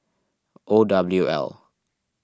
O W L